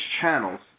channels